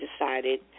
decided